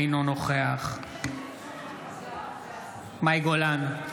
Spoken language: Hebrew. אינו נוכח מאי גולן,